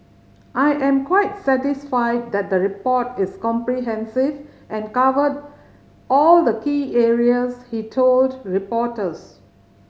I am quite satisfied that the report is comprehensive and covered all the key areas he told reporters